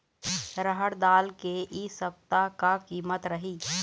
रहड़ दाल के इ सप्ता का कीमत रही?